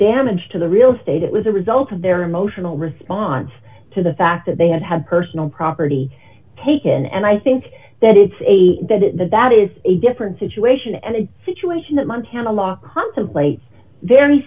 damage to the real estate it was a result of their emotional response to the fact that they had had personal property taken and i think that it's a that is a different situation and a situation that montana law contemplates very